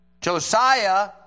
Josiah